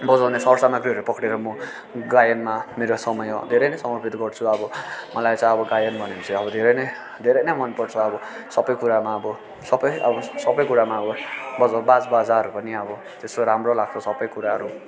बजाउने सरसामग्रीहरू पक्रेर म गायनमा मेरो समय धेरै नै समर्पित गर्छु अब मलाई चाहिँ अब गायन भनेपछि अब धेरै नै धेरै नै मनपर्छ अब सबै कुरामा अब सबै अब सबै कुरामा अब बज बाज बाजाहरू पनि अब त्यस्तो राम्रो लाग्छ सबै कुराहरू